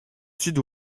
sud